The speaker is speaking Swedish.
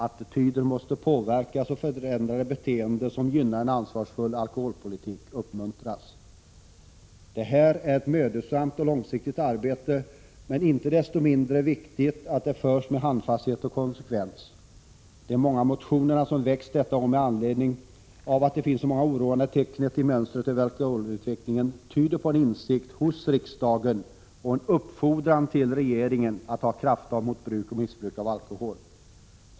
Attityder måste påverkas och förändrade beteenden som gynnar en ansvarsfull alkoholpolitik uppmuntras. Det är ett mödosamt och långsiktigt arbete, men det är inte desto mindre viktigt att det förs med handfasthet och konsekvens. De många motioner som väckts detta år med anledning av att det finns så många oroande tecken i mönstret över alkoholutvecklingen tyder på en insikt hos riksdagen och en uppfordran till regeringen att ta krafttag mot bruk och missbruk av alkohol.